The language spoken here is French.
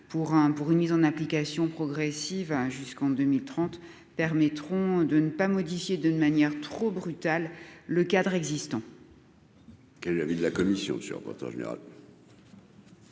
pour une mise en application progressive jusqu'en 2030 permettront de ne pas modifier d'une manière trop brutale, le cadre existant. Qu'avait de la commission sur en général.